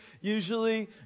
Usually